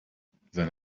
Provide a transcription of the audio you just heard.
then